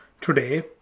Today